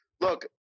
look